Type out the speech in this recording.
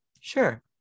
Sure